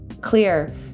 clear